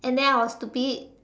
and then I was stupid